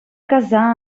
casar